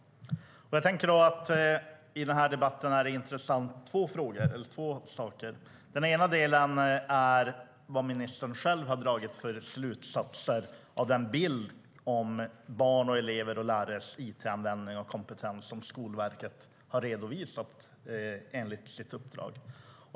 Den här debatten har två intressanta delar. Den ena delen är vad ministern själv har dragit för slutsatser av den bild om barns, elevers och lärares it-användning och kompetens som Skolverket har redovisat enligt sitt uppdrag.